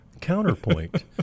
counterpoint